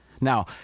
Now